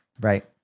Right